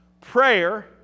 Prayer